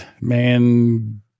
man